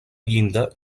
llinda